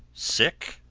sick,